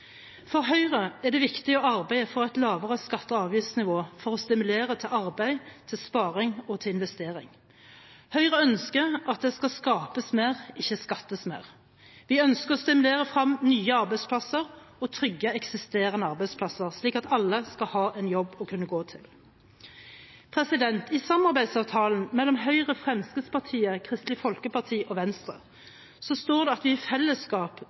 For Høyre er det viktig å arbeide for et lavere skatte- og avgiftsnivå for å stimulere til arbeid, sparing og investering. Høyre ønsker at det skal skapes mer, ikke skattes mer. Vi ønsker å stimulere frem nye arbeidsplasser og trygge eksisterende arbeidsplasser, slik at alle skal kunne ha en jobb å gå til. I samarbeidsavtalen mellom Høyre, Fremskrittspartiet, Kristelig Folkeparti og Venstre står det at vi i fellesskap